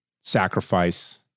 sacrifice